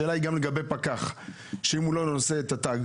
שלא נושאים את התג?